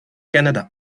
canada